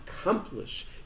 accomplish